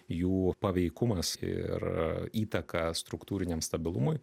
jų paveikumas ir įtaka struktūriniam stabilumui